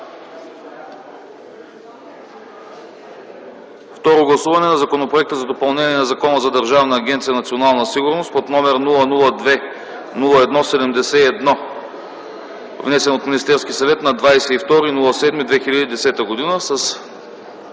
второ гласуване на Законопроект за допълнение на Закона за Държавна агенция „Национална сигурност”, № 002-01 71, внесен от Министерския съвет на 22.07.2010 г.